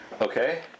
Okay